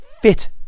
fit